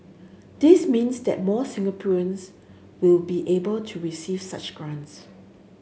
this means that more Singaporeans will be able to receive such grants